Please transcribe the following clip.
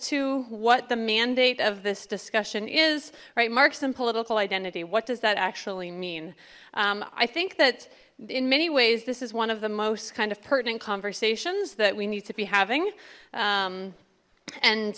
to what the mandate of this discussion is right marx and political identity what does that actually mean i think that in many ways this is one of the most kind of pertinent conversations that we need to be having